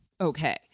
Okay